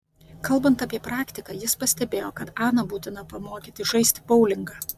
kalbant apie praktiką jis pastebėjo kad aną būtina pamokyti žaisti boulingą